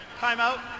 Timeout